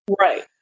Right